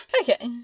Okay